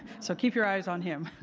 so keep your eyes on him.